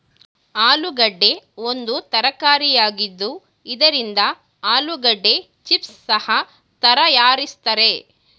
ಆಲೂಗೆಡ್ಡೆ ಒಂದು ತರಕಾರಿಯಾಗಿದ್ದು ಇದರಿಂದ ಆಲೂಗೆಡ್ಡೆ ಚಿಪ್ಸ್ ಸಹ ತರಯಾರಿಸ್ತರೆ